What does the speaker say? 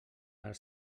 per